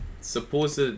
supposed